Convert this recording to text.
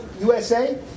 USA